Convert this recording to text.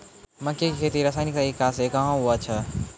मक्के की खेती रसायनिक तरीका से कहना हुआ छ?